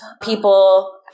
people